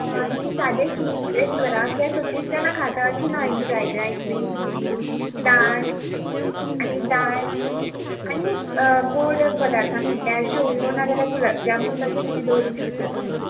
आनी सादें शीत एक करा की सगळीं जाणां खाता अशी ना न्ही फ्रायड रायस बीन दाळ आनी दाळ आनी एक गोड पदार्थान म्हटल्या शेवयो ना जाल्यार गुलाब जामून तशें किदें दवरूंक शकता तुमी